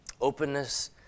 openness